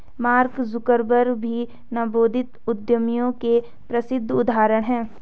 mark Zuckerberg भी नवोदित उद्यमियों के प्रसिद्ध उदाहरण हैं